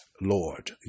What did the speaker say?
Lord